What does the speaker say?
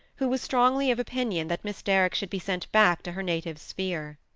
who was strongly of opinion that miss derrick should be sent back to her native sphere.